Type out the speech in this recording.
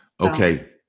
Okay